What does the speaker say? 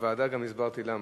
בוועדה גם הסברתי למה.